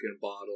bottle